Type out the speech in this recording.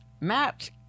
Matt